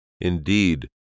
Indeed